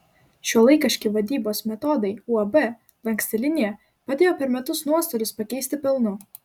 šiuolaikiški vadybos metodai uab lanksti linija padėjo per metus nuostolius pakeisti pelnu